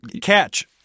catch